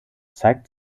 zeigt